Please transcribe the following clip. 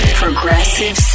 progressive